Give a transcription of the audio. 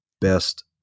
best